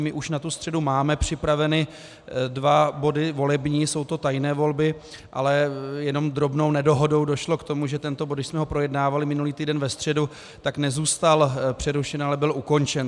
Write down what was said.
My už na tu středu máme připraveny dva body volební, jsou to tajné volby, ale jenom drobnou nedohodou došlo k tomu, že tento bod, když jsme ho projednávali minulý týden ve středu, tak nezůstal přerušen, ale byl ukončen.